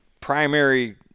primary